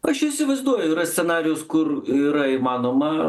aš įsivaizduoju yra scenarijus kur yra įmanoma